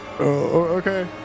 Okay